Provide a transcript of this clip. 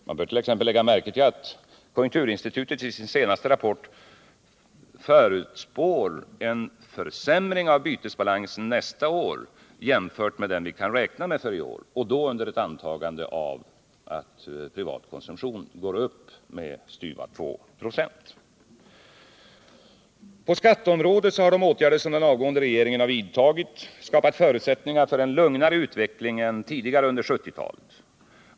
Man bör t.ex. lägga märke till att konjunkturinstitutet i sin senaste rapport förutspår en försämring av bytesbalansen nästa år, jämfört med den vi kan räkna med för i år, och då under förutsättning att privat konsumtion går upp med drygt två procent. På skatteområdet har de åtgärder som den avgående regeringen vidtagit skapat förutsättningar för en lugnare utveckling än tidigare under 1970-talet.